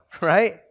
right